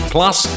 Plus